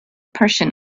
person